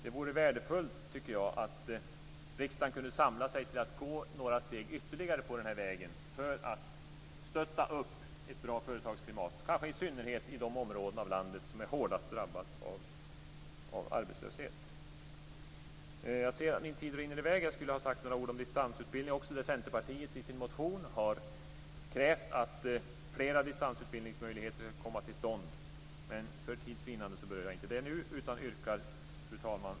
Det vore värdefullt, tycker jag, om riksdagen kunde samla sig till att gå några steg ytterligare på den här vägen för att stödja ett bra företagsklimat, kanske i synnerhet i de områden av landet som är hårdast drabbade av arbetslöshet. Jag ser att min taletid rinner i väg. Jag skulle ha sagt några ord om distansutbildningen också - där har Centerpartiet i sin motion krävt att flera distansutbildningsmöjligheter skall komma till stånd - men för tids vinnande gör jag inte det nu. Fru talman!